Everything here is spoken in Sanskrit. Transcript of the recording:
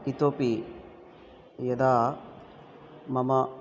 इतोपि यदा मम